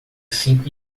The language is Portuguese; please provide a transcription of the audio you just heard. cinco